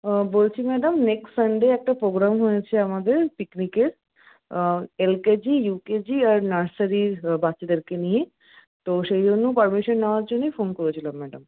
বলছি madam next Sunday একটা programme হয়েছে আমাদের পিকনিকের এলকেজি ইউকেজি আর নার্সারির বাচ্চাদেরকে নিয়ে তো সেই জন্য পারমিশন নেওয়ার জন্যই ফোন করে ছিলাম ম্যাডাম